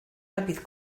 lápiz